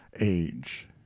age